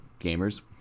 gamers